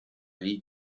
nei